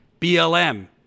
BLM